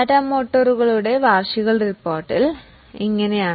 ടാറ്റ മോട്ടോഴ്സിന്റെ വാർഷിക റിപ്പോർട്ടിൽ ഇത് ഇങ്ങനെയാണ്